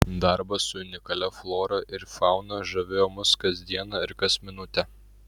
darbas su unikalia flora ir fauna žavėjo mus kas dieną ir kas minutę